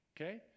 okay